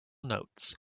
notes